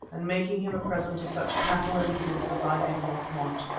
and making him a present of such cattle and goods as i did not want.